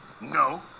No